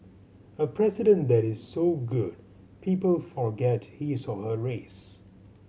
a president that is so good people forget his or her race